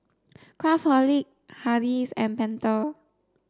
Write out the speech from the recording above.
Craftholic Hardy's and Pentel